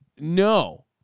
no